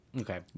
Okay